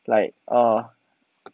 like err